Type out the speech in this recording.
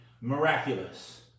miraculous